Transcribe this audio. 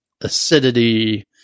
acidity